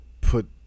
put